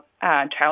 child